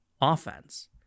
offense